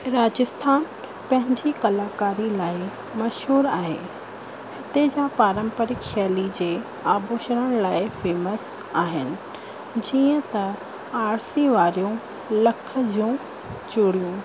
राजस्थान पंहिंजी कलाकारी लाइ मशहूर आहे हिते जा पारंपरिक शैली जे आभूषण लाइ फेम्स आहिनि जीअं त आरिसी वारियूं लाख जूं चूड़ियूं